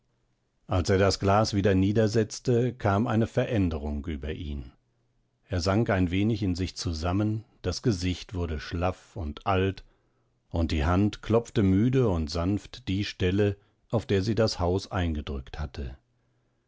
als er das glas wieder niedersetzte kam eine veränderung über ihn er sank ein wenig in sich zusammen das gesicht wurde schlaff und alt und die hand klopfte müde und sanft die stelle auf der sie das haus eingedrückt hatte